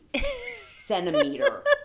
centimeter